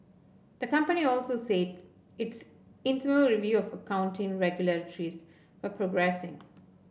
the company also its internal review of accounting irregularities a progressing